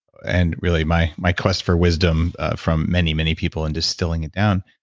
and really my my quest for wisdom from many, many people and distilling it down,